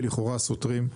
שלכאורה סותרים,